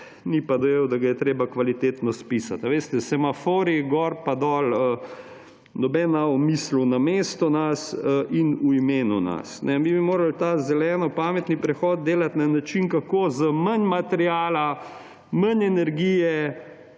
ni pa dojel, da ga je treba kvalitetno spisati. A veste, semaforji gor in dol, noben ne bo mislil namesto nas in v imenu nas. Mi bi morali ta zeleno-pametni prehod delati na način, kako z manj materiala, manj energije,